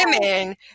women